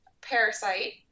Parasite